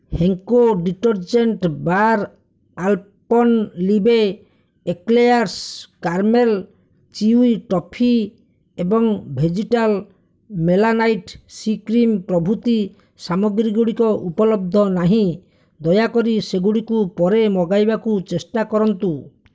Henko detergent bar Alpenliebe Eclairs caramel chewy toffee ଏବଂ vegetable ମେଲାନାଇଟ୍ C cream ପ୍ରଭୃତି ସାମଗ୍ରୀ ଗୁଡ଼ିକ ଉପଲବ୍ଧ ନାହିଁ ଦୟାକରି ସେଗୁଡ଼ିକୁ ପରେ ମଗାଇବାକୁ ଚେଷ୍ଟା କରନ୍ତୁ